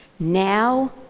Now